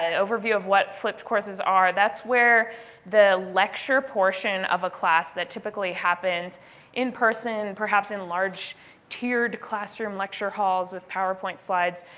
overview of what flipped courses are. that's where the lecture portion of a class that typically happens in person and perhaps in large tiered classroom lecture halls with powerpoint slides,